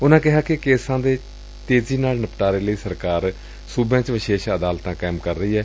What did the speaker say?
ਉਨਾਂ ਕਿਹਾ ਕਿ ਕੇਸਾਂ ਦੇ ਤੇਜ਼ੀ ਨਾਲ ਨਿਪਟਾਰੇ ਲਈ ਸਰਕਾਰ ਸੁਬਿਆਂ ਚ ਵਿਸ਼ੇਸ਼ ਅਦਾਲਤਾਂ ਕਾਇਮ ਕਰ ਰਹੀ ਏ